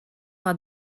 par